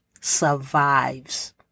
survives